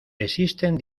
existen